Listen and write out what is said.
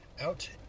out